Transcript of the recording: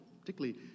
particularly